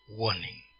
warning